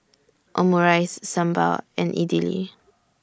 Omurice Sambar and Idili